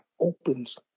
opens